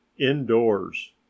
indoors